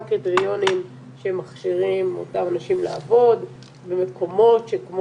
קריטריונים שמכשירים אותם אנשים לעבוד במקומות שכמו